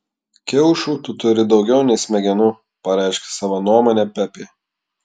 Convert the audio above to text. kiaušų tu turi daugiau nei smegenų pareiškė savo nuomonę pepė